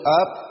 up